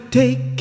take